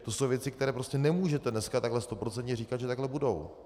To jsou věci, které nemůžete dneska takhle stoprocentně říkat, že takhle budou.